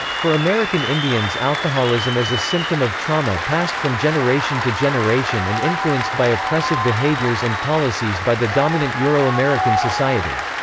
for american indians alcoholism is a symptom of trauma passed from generation to generation and influenced by oppressive behaviors and policies by the dominant euro-american society.